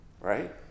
right